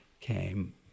came